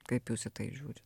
kaip jūs į tai žiūri